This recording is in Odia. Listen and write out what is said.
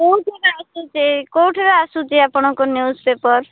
କେଉଁଥିରେ ଆସୁଛି କେଉଁଥିରେ ଆସୁଛି ଆପଣଙ୍କ ନ୍ୟୁଜ୍ ପେପର୍